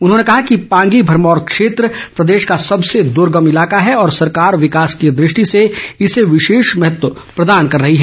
उन्हौंने कहा कि पांगी भरमौर क्षेत्र प्रदेश का सबसे दुर्गम इलाका है और सरकार विकास की दृष्टि से इसे विशेष महत्व प्रदान कर रही है